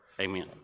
Amen